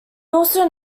also